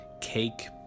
cake